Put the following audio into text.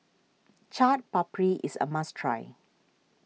Chaat Papri is a must try